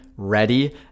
ready